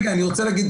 רגע, אני רוצה להגיד.